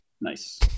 nice